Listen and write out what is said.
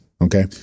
Okay